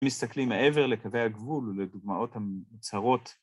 ‫מסתכלים מעבר לקווי הגבול ‫ולדוגמאות המוצהרות.